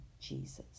Jesus